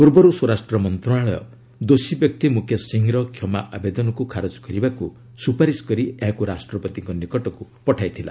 ପୂର୍ବରୁ ସ୍ୱରାଷ୍ଟ୍ର ମନ୍ତ୍ରଣାଳୟ ଦୋଷୀ ବ୍ୟକ୍ତି ମୁକେଶ ସିଂହର କ୍ଷମା ଆବେଦନକୁ ଖାରଜ କରିବାକୁ ସୁପାରିଶ କରି ଏହାକୁ ରାଷ୍ଟ୍ରପତିଙ୍କ ନିକଟକୁ ପଠାଇଥିଲା